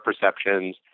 perceptions